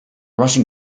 russian